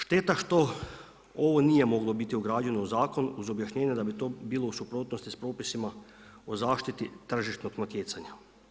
Šteta što ovo nije moglo biti ugrađeno u zakon uz objašnjenje da bi to bilo u suprotnosti sa propisima o zaštiti tržišnog natjecanja.